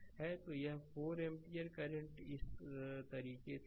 तो यह 4 ampere current इस तरीके से जा रही है